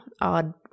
odd